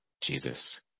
Jesus